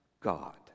God